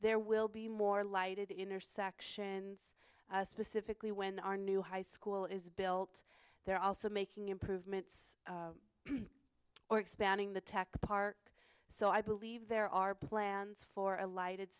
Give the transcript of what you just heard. there will be more lighted intersections specifically when our new high school is built they're also making improvements or expanding the tech park so i believe there are plans for a lighted